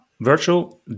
virtual